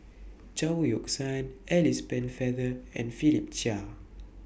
Chao Yoke San Alice Pennefather and Philip Chia